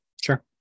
Sure